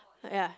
ya